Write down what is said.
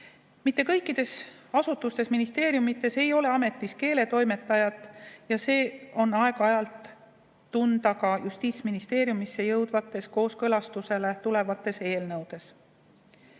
Mitte kõikides asutustes-ministeeriumides ei ole ametis keeletoimetajat ja seda on aeg-ajalt tunda ka Justiitsministeeriumisse jõudvates kooskõlastusele tulevates eelnõudes. Ühe